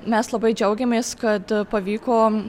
mes labai džiaugiamės kad pavyko